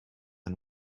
and